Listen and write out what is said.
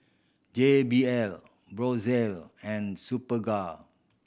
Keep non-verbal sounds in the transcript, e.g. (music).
J B L (unintelligible) and Superga